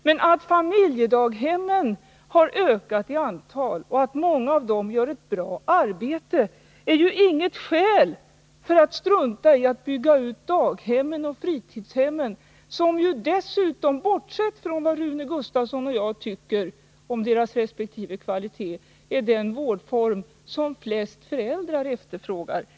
Men att familjedaghemmen ökat i antal och att man på många av dem gör ett bra arbete är ju inget skäl att strunta i att bygga ut daghemmen och fritidshemmen, som ju dessutom — bortsett från vad Rune Gustavsson och jag tycker om deras resp. kvalitet — är den vårdform som de flesta föräldrar efterfrågar.